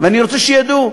ואני רוצה שידעו: